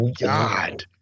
God